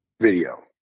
video